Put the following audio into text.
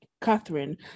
Catherine